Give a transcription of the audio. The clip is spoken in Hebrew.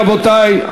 רבותי,